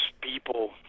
people